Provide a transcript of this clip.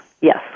yes